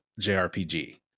JRPG